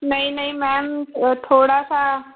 नहीं नहीं मैम थोड़ा सा